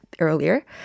Earlier